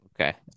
Okay